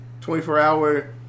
24-hour